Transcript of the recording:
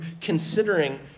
considering